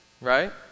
right